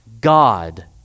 God